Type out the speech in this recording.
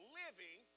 living